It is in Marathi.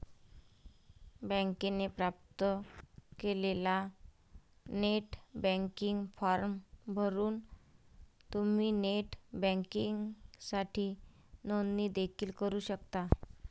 बँकेने प्राप्त केलेला नेट बँकिंग फॉर्म भरून तुम्ही नेट बँकिंगसाठी नोंदणी देखील करू शकता